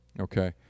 Okay